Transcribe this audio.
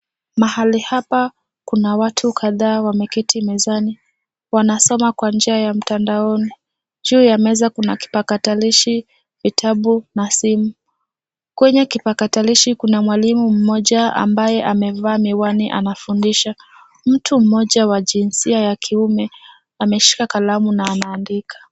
Mahali hapa kuna watu kadhaa wameketi mezani, wanasoma kwa njia ya mtandaoni, juu ya meza kuna kipakatalishi, vitabu na simu, kwenye kipakatalishi kuna mwalimu mmoja ambaye amevaa miwani anafundisha, mtu mmoja wa jinsia ya kiume ameshika kalamu na anaandika.